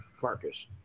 carcass